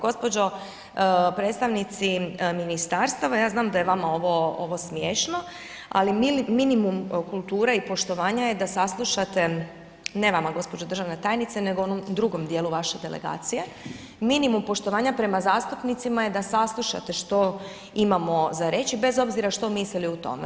Gđo. predstavnici ministarstava ja znam da je vama ovo smiješno, ali minimum kulture i poštovanja je da saslušate, ne vama gđo. državna tajnice nego ovom drugom dijelu vaše delegacije, minimum poštovanja prema zastupnicima je da saslušate što imamo za reći, bez obzira što mislili o tome.